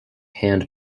hand